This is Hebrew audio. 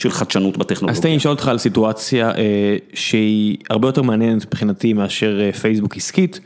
של חדשנות בטכנולוגיה. אז תן לי לשאול אותך על סיטואציה שהיא הרבה יותר מעניינת מבחינתי מאשר פייסבוק עסקית.